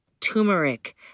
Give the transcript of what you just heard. turmeric